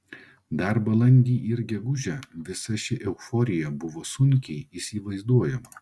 dar balandį ir gegužę visa ši euforija buvo sunkiai įsivaizduojama